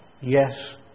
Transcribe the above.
yes